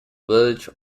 village